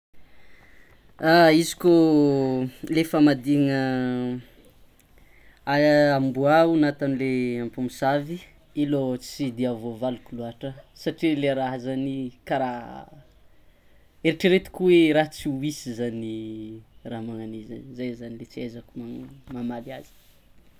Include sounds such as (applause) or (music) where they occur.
Ah izy koa le famadihana (hesitation) amboà nataonle mpamosavy io lo tsy de voavaliko loatra le raha kara eritreretiko hoe raha tsy hoisy zany raha magnan'io zany zay zany le tsy ahaizako mamaly azy.